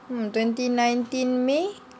mm twenty nineteen may